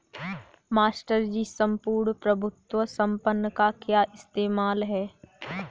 Master ji सम्पूर्ण प्रभुत्व संपन्न का क्या इस्तेमाल है?